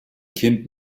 kind